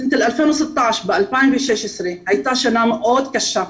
2016 הייתה שנה מאוד קשה,